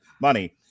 money